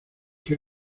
qué